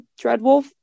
Dreadwolf